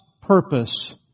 purpose